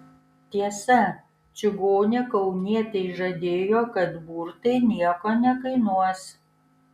tiesa čigonė kaunietei žadėjo kad burtai nieko nekainuos